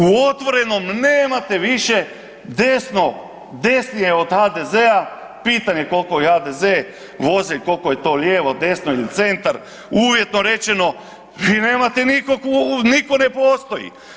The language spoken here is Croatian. U Otvorenom nemate više desno, desnije od HDZ-a, pitanje koliko je i HDZ voze i koliko je to lijevo, desno ili centar, uvjetno rečeno vi nemate nikog, nitko ne postoji.